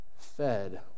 Fed